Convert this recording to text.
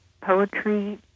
poetry